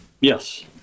Yes